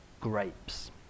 grapes